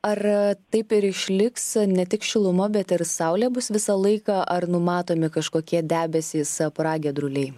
ar taip ir išliks ne tik šiluma bet ir saulė bus visą laiką ar numatomi kažkokie debesys pragiedruliai